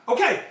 Okay